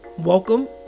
Welcome